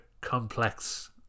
complex